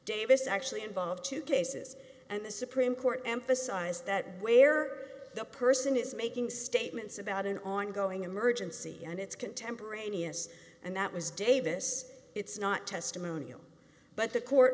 davis actually involved two cases and the supreme court emphasized that where the person is making statements about an ongoing emergency and it's contemporaneous and that was davis it's not testimonial but the court